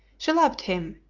she loved him,